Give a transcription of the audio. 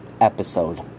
episode